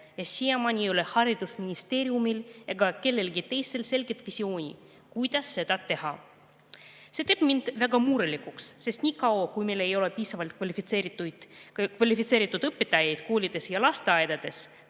ja siiamaani ei ole haridusministeeriumil ega kellelgi teisel selget visiooni, kuidas seda teha. See teeb mind väga murelikuks, sest niikaua kui meil ei ole piisavalt kvalifitseeritud õpetajaid koolides ja lasteaedades,